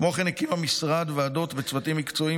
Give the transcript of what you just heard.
כמו כן הקים המשרד ועדות וצוותים מקצועיים